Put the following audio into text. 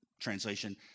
translation